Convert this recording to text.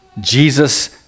Jesus